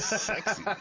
sexy